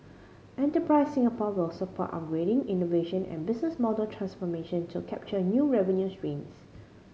Enterprise Singapore will support upgrading innovation and business model transformation to capture new revenue streams